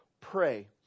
pray